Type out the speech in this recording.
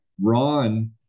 Ron